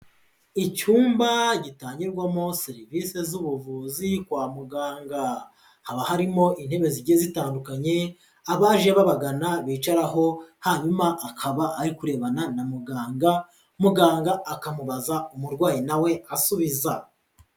Icyumba gitangirwamo serivise z'ubuvuzi kwa muganga, haba harimo intebe zigiye zitandukanye, abaje babagana bicaraho, hanyuma akaba ari kurebana na muganga, muganga akamubaza umurwayi na we asubiza.